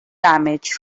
damage